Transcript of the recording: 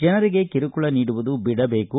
ಜನರಿಗೆ ಕಿರುಕುಳ ನೀಡುವುದು ಬಿಡಬೇಕು